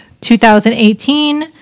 2018